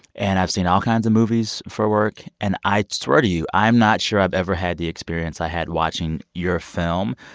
and i've seen all kinds of movies for work. and i swear to you, i'm not sure i've ever had the experience i had watching your film.